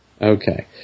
Okay